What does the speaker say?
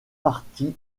parti